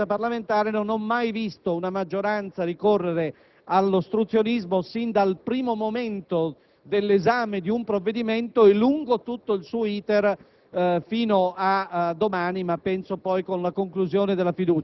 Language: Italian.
Francamente, nella mia non breve esperienza parlamentare, non ho mai visto una maggioranza ricorrere all'ostruzionismo fin dal primo momento dell'esame di un provvedimento e lungo tutto il suo *iter*